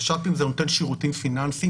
נש"פ זה נותן שירותים פיננסיים,